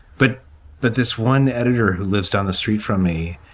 but that this one editor who lives down the street from me,